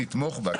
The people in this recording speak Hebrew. נתמוך בה.